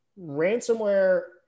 ransomware